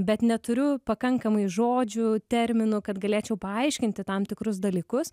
bet neturiu pakankamai žodžių terminų kad galėčiau paaiškinti tam tikrus dalykus